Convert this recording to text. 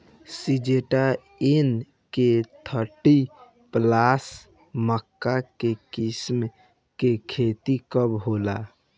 Syngenta NK thirty plus मक्का के किस्म के खेती कब होला?